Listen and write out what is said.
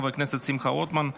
חבר הכנסת שמחה רוטמן,